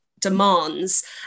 demands